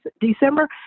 December